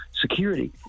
security